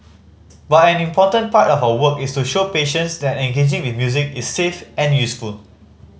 but an important part of our work is to show patients that engaging with music is safe and useful